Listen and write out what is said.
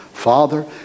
Father